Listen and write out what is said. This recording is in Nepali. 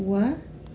वाह